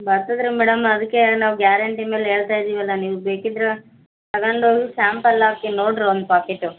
ಬರ್ತದೆ ರೀ ಮೇಡಮ್ ಅದಕ್ಕೆ ನಾವು ಗ್ಯಾರಂಟಿ ಮೇಲೆ ಹೇಳ್ತಾಯಿದ್ದೀವಲ್ಲ ನಿಮ್ಗೆ ಬೇಕಿದ್ರೆ ತಗೊಂಡೋಗಿ ಸ್ಯಾಂಪಲ್ ಹಾಕಿ ನೋಡ್ರಿ ಒಂದು ಪಾಕೀಟು